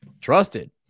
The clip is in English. trusted